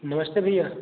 नमस्ते भैया